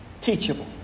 teachable